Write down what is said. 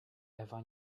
ewa